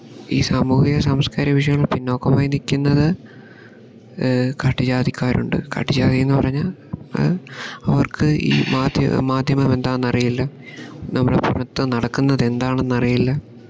ഈ സാമൂഹിക സാംസ്കാരിക വിഷയങ്ങൾ പിന്നോക്കമായി നിൽക്കുന്നത് കാട്ട് ജാതിക്കാരുണ്ട് കാട്ട് ജാതി എന്ന് പറഞ്ഞാൽ അവർക്ക് ഈ മാധ്യ മാധ്യമമെന്താന്നറിയില്ല നമ്മുടെ പുറത്ത് നടക്കുന്നതെന്താണെന്നറിയില്ല